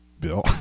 Bill